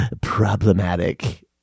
problematic